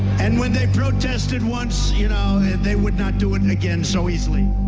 and when they protested once, you know, they would not do it again so easily.